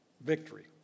victory